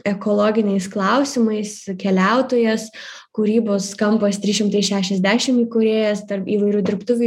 ekologiniais klausimais keliautojas kūrybos kampas trys šimtai šešiasdešim įkūrėjas tarp įvairių dirbtuvių